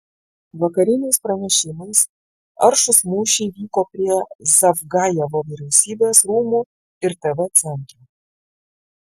vakariniais pranešimais aršūs mūšiai vyko prie zavgajevo vyriausybės rūmų ir tv centro